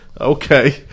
okay